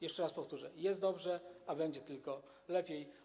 Jeszcze raz powtórzę: jest dobrze, a będzie tylko lepiej.